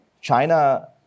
China